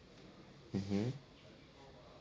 mmhmm